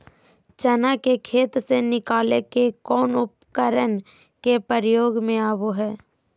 चना के खेत से निकाले के लिए कौन उपकरण के प्रयोग में आबो है?